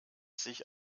sich